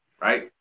right